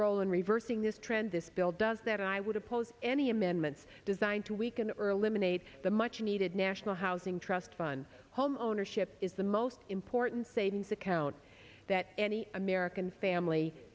role in reversing this trend this bill does that i would oppose any amendments designed to weaken ehrlichman aid the much needed national housing trust fund homeownership is the most important savings account that any american family